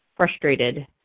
frustrated